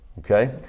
Okay